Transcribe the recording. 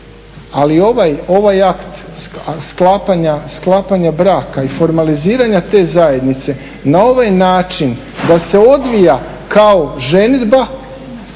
Ali ovaj akt sklapanja braka i formaliziranja te zajednice na ovaj način da se odvija kao ženidba,